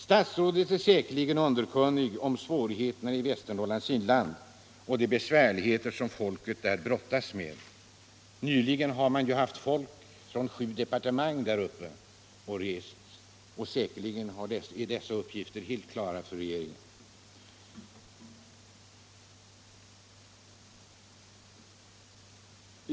Statsrådet är säkerligen underkunnig om svårigheterna i Västernorrlands inland och de besvärligheter som folket där brottas med. Nyligen har ju folk från sju departement gjort besök där uppe, och regeringen känner därför säkerligen väl till dessa siffror.